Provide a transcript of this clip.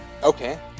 Okay